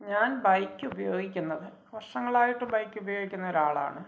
ഞാന് ബൈക്കുപയോഗിക്കുന്നത് വര്ഷങ്ങളായിട്ടു ബൈക്കുപയോഗിക്കുന്ന ഒരാളാണ്